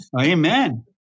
amen